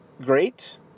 great